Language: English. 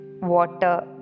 water